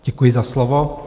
Děkuji za slovo.